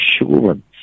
insurance